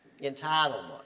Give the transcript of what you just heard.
entitlement